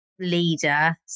leader